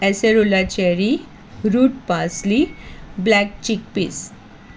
acerola cherry root parsley black chickpeas